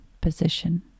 position